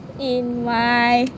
in my